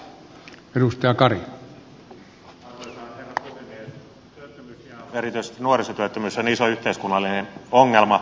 työttömyys ja erityisesti nuorisotyöttömyys on iso yhteiskunnallinen ongelma